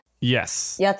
Yes